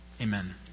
Amen